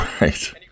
right